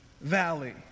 valley